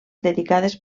dedicades